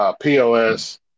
POS